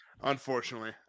Unfortunately